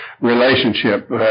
relationship